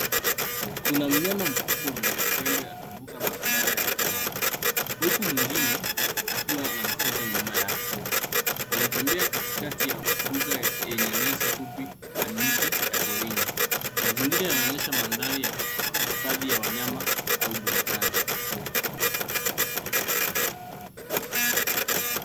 Kuna mnyama mkubwa mwenye pembe akivuka barabara ya udongo. Huku mwingine akiwa anamfwata nyuma yake. Wanatembea katikati ya mbuga yenye nyasi fupi, na miti ya porini. Mazingira yanaonyesha mandhari ya hifathi ya wanyama au bustani.